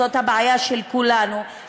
זאת הבעיה של כולנו,